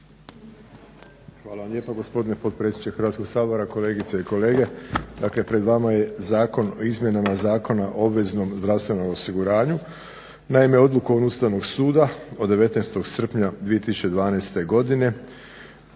Hvala lijepo gospodine potpredsjedniče. Kolegice i kolege. Dakle pred vama je Zakon o izmjenama Zakona o obveznom zdravstvenom osiguranju. Naime, odlukom Ustavnog suda od 19.srpnja 2012.godine